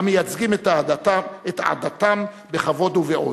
המייצגים את עדתם בכבוד ובעוז.